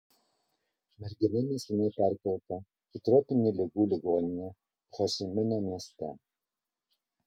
mergina neseniai perkelta į tropinių ligų ligoninę ho ši mino mieste